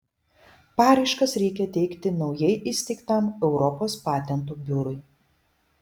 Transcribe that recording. paraiškas reikia teikti naujai įsteigtam europos patentų biurui